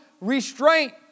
restraint